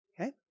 okay